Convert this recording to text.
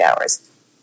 hours